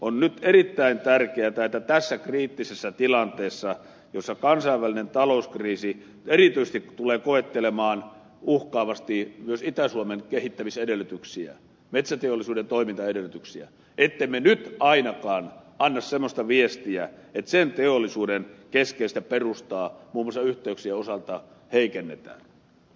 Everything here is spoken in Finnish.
on nyt erittäin tärkeätä että tässä kriittisessä tilanteessa jossa kansainvälinen talouskriisi erityisesti tulee koettelemaan uhkaavasti myös itä suomen kehittämisedellytyksiä metsäteollisuuden toimintaedellytyksiä ettemme nyt ainakaan anna semmoista viestiä että sen teollisuuden keskeistä perustaa muun muassa yhteyksien osalta heikennetään